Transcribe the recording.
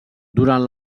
durant